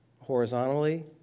horizontally